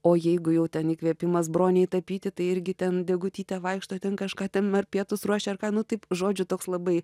o jeigu jau ten įkvėpimas bronei tapyti tai irgi ten degutytė vaikšto ten kažką ten ar pietus ruošia ar ką nu taip žodžiu toks labai